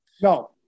no